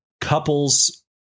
couples